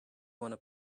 wanna